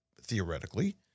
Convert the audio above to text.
theoretically –